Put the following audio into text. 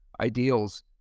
ideals